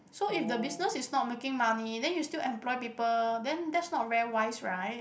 so if the business is not making money then you still employ people then that's not very wise right